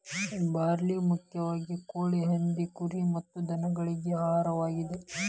barley ಮುಖ್ಯವಾಗಿ ಕೋಳಿ, ಹಂದಿ, ಕುರಿ ಮತ್ತ ದನಗಳಿಗೆ ಆಹಾರವಾಗಿದೆ